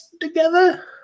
together